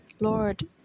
Lord